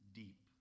deep